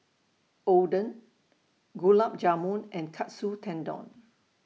Oden Gulab Jamun and Katsu Tendon